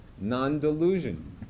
non-delusion